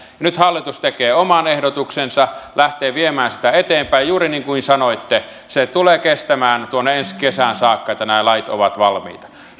nyt hallitus tekee oman ehdotuksensa lähtee viemään sitä eteenpäin juuri niin kuin sanoitte tulee kestämään tuonne ensi kesään saakka että nämä lait ovat valmiita